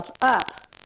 up